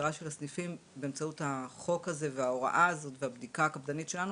סגירת הסניפים באמצעות החוק וההוראה והבדיקה הקפדנית שלנו,